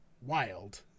wild